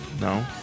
No